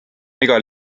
igal